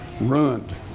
Ruined